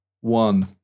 One